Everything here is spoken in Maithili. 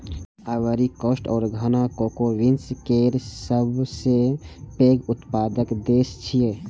आइवरी कोस्ट आ घाना कोको बीन्स केर सबसं पैघ उत्पादक देश छियै